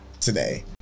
today